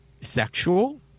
sexual